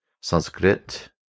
Sanskrit